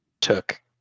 took